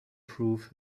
prove